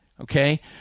okay